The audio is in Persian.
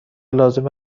لازم